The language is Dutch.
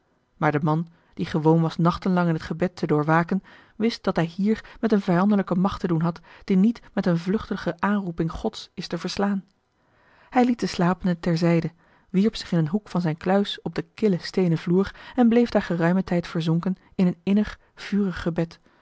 maar de man die gewoon was nachtenlang in t gebed te doorwaken wist dat hij hier met eene vijandelijke macht te doen had die niet met eene vluchtige aanroeping gods is te verslaan hij liet den slapende ter zijde wierp zich in een hoek van zijne kluis op den killen steenen vloer en bleef daar geruimen tijd verzonken in een innig vurig gebed